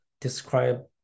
describe